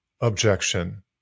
objection